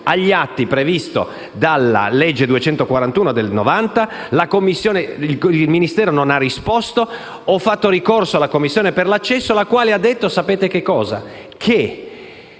agli atti previsto dalla legge n. 241 del 1990 e il Ministero non ha risposto. Ho fatto ricorso alla commissione per l'accesso, la quale ha detto che